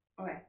Okay